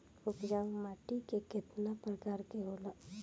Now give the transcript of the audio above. उपजाऊ माटी केतना प्रकार के होला?